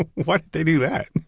why'd they do that?